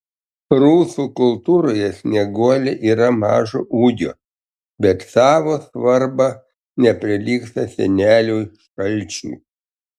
rusų kultūroje snieguolė yra mažo ūgio bet savo svarba neprilygsta seneliui šalčiui